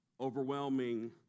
overwhelming